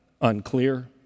unclear